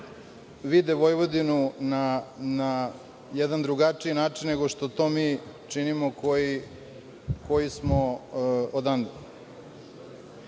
vide Vojvodinu na jedan drugačiji način nego što to mi činimo koji smo odande. Svaki